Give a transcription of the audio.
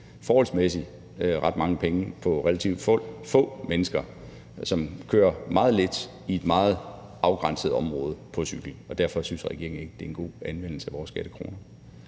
forholdsmæssig ret mange penge på relativt få mennesker, som kører meget lidt i et meget afgrænset område på cykel, og derfor synes regeringen ikke, at det er en god anvendelse af vores skattekroner.